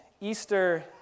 Easter